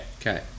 Okay